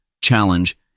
challenge